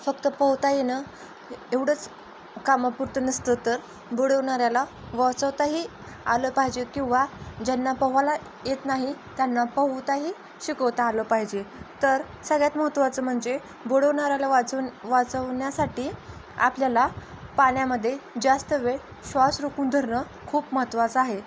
फक्त पोहता येणं एवढंच कामापुरतं नसतं तर बुडवणाऱ्याला वाचवताही आलं पाहिजे किंवा ज्यांना पोहायला येत नाही त्यांना पोहताही शिकवता आलं पाहिजे तर सगळ्यात महत्त्वाचं म्हणजे बुडवणाऱ्याला वाचवून वाचवण्यासाठी आपल्याला पाण्यामध्ये जास्त वेळ श्वास रोखून धरणं खूप महत्त्वाचं आहे